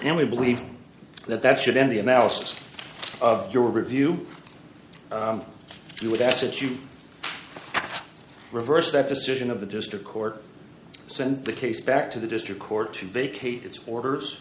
and we believe that that should end the analysis of your review you would ask that you reverse that decision of the district court send the case back to the district court to vacate its orders